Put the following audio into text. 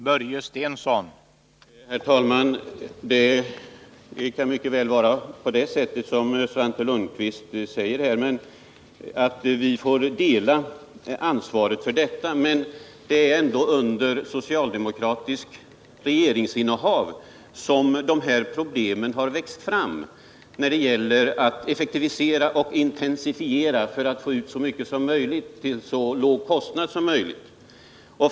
Herr talman! Kanske får vi, som Svante Lundkvist säger, dela ansvaret för detta. Men det är under socialdemokratiskt regeringsinnehav som dessa problem har växt fram när man har försökt effektivisera och intensifiera för att få ut så mycket som möjligt för så låg kostnad som möjligt.